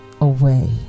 away